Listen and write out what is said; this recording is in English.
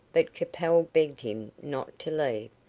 but capel begged him not to leave,